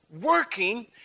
working